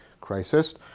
crisis